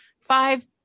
five